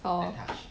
oh